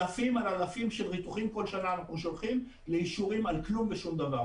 לחבר בניין בבאר-שבע עלות הבדיקה שלו היא 52,000 שקל לבניין אחד.